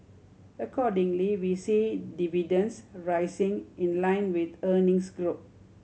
accordingly we see dividends rising in line with earnings grow